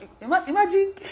imagine